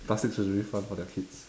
plastic surgery fund for their kids